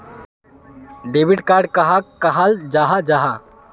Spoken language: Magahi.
डेबिट कार्ड कहाक कहाल जाहा जाहा?